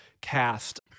cast